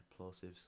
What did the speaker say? plosives